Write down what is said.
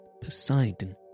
Poseidon